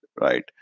right